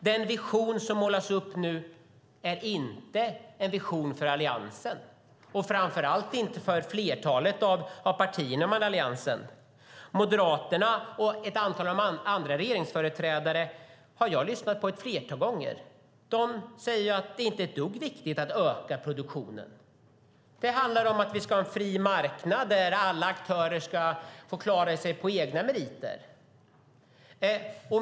Den vision som målas upp nu är inte en vision för Alliansen, och framför allt inte för flertalet av partierna inom Alliansen. Moderaterna och ett antal andra regeringsföreträdare har jag lyssnat på ett flertal gånger, och de säger att det inte är ett dugg viktigt att öka produktionen. Det handlar om att vi ska ha en fri marknad, där alla aktörer ska få klara sig på egna meriter.